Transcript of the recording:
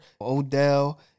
Odell